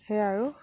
সেয়া আৰু